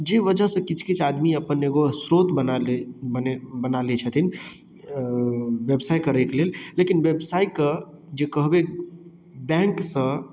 जे वजहसँ किछु किछु आदमी अपन एगो स्रोत बना लै बना लै छथिन व्यवसाय करे के लेल लेकिन व्यावसायिक जे कहबै बैंकसँ